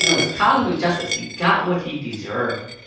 you know it's cosmic justice. he got what he deserved.